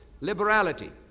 liberality